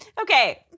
Okay